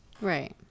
Right